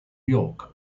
york